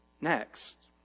next